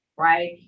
right